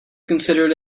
considered